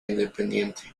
independiente